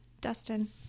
Dustin